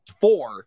four